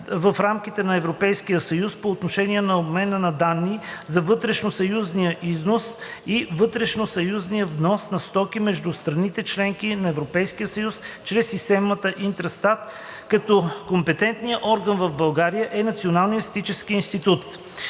в рамките на Европейския съюз по отношение на обмена на данни за вътрешносъюзния износ и вътрешносъюзния внос на стоки между страните – членки на Европейския съюз, чрез системата „Интрастат“, като компетентният орган за България е Националният статистически институт.